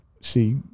see